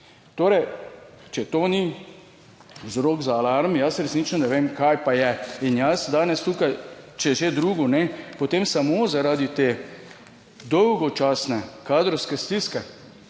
Torej, če to ni vzrok za alarm, jaz resnično ne vem, kaj pa je in jaz danes tukaj, če že drugo ne, potem samo zaradi te dolgočasne kadrovske stiske,